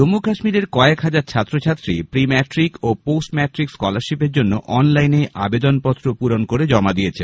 জম্মু কাশ্মীরের কয়েক হাজার ছাত্রছাত্রী প্রি ম্যাট্রিক ও পোস্ট ম্যাট্রিক স্কলারশিপের জন্য অনলাইনে আবেদন পত্র পূরণ জমা দিয়েছেন